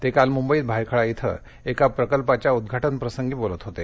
ते काल मुंबईत भायखळा इथं एका प्रकल्पाच्या उद्घाटन प्रसंगी बोलत होते